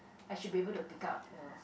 I should be able to pick up